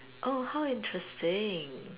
oh how interesting